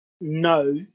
no